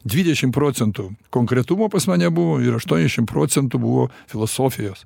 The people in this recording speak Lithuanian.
dvidešim procentų konkretumo pas mane buvo ir aštuoniasdešim procentų buvo filosofijos